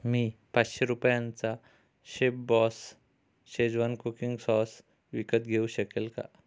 मी पाचशे रुपयांचा chef boss schezwan cooking sauce विकत घेऊ शकेल का